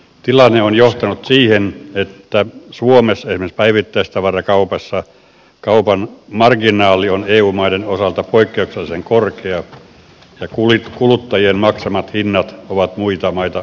tilanne on johtanut siihen että suomessa esimerkiksi päivittäistavarakaupassa kaupan marginaali on eu maiden osalta poikkeuksellisen korkea ja kuluttajien maksamat hinnat ovat muita maita korkeammat